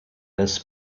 this